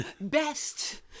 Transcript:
best